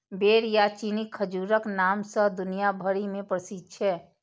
बेर या चीनी खजूरक नाम सं दुनिया भरि मे प्रसिद्ध छै